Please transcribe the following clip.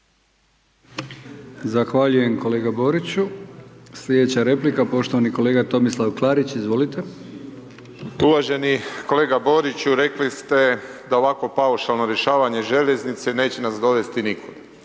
Zahvaljujem kolega Boriću. Sljedeća replika poštovani kolega Tomislav Klarić, izvolite. **Klarić, Tomislav (HDZ)** Uvaženi kolega Boriću, rekli ste da ovakvo paušalno rješavanje željeznice neće nas dovesti nikud.